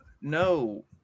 No